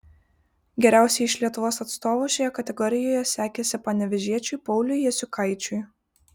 geriausiai iš lietuvos atstovų šioje kategorijoje sekėsi panevėžiečiui pauliui jasiukaičiui